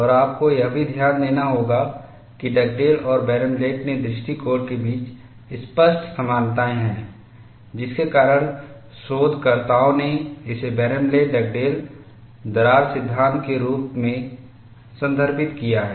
और आपको यह भी ध्यान देना होगा कि डगडेल और बर्नब्लैट के दृष्टिकोण के बीच स्पष्ट समानताएं हैं जिसके कारण शोधकर्ताओं ने इसे बर्नब्लैट डगडेल दरार सिद्धांत के रूप में संदर्भित किया है